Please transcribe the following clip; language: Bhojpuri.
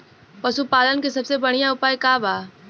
पशु पालन के सबसे बढ़ियां उपाय का बा?